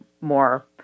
more